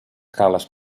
cales